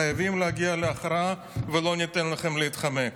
חייבים להגיע להכרעה, ולא ניתן לכם להתחמק.